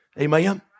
amen